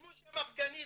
כמו שאמרה דגנית